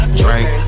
drink